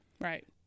Right